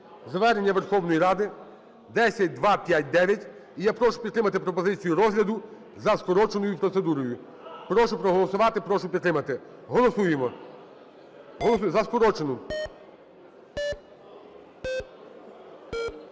звернення Верховної Ради (10259), і я прошу підтримати пропозицію розгляду за скороченою процедурою. Прошу проголосувати, прошу підтримати. Голосуємо за скорочену.